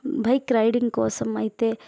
bike riding కోసం అయితే